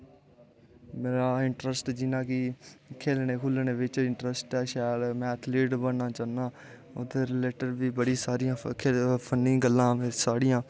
मेरा इंट्रस्ट जियां कि खेलनें खूसनें बिच्च इंट्रस्ट ऐ शैल ऐथलिट बनना चाह्ना ओह्दै रिलेटिंड बी बड़ियां सारियां फन्नी गल्लां साढ़ियां